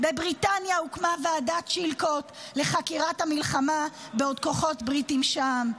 בבריטניה הוקמה ועדת צ'ילקוט לחקירת המלחמה בעוד כוחות בריטיים שם,